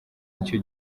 icyo